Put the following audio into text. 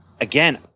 again